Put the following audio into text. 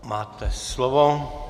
Máte slovo.